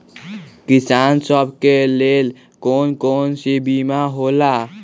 किसान सब के लेल कौन कौन सा बीमा होला?